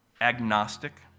agnostic